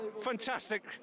fantastic